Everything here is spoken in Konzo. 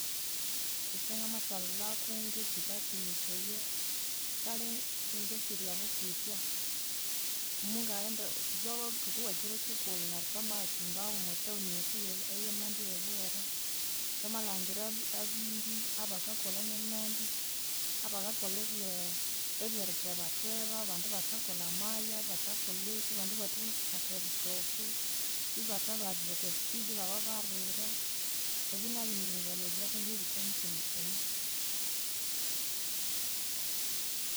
Ekyangamathalholhaku ngekyikatsemesaya kale ngekyiri ahu kyitya, mungaghenda bwabya buthuku bwekyiru kyikulhu neryu twamayathimbamu mwatown yethu eyenandi ye Bwera. Twamalhangira abi- abimbi abakakolha nenandi abakakolha ebye ebyerithebatheba, abandibathakolha amaya, bathakolhekyi, abandi bathahatha ebitooke, ibathabihathira okwaspeed, ibababarira, ebyu nabyu nibyo nalholhireku nge bikanyitsemesaya